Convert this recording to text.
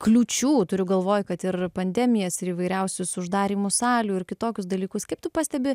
kliūčių turiu galvoj kad ir pandemijas ir įvairiausius uždarymus salių ir kitokius dalykus kaip tu pastebi